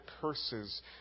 curses